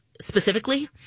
Specifically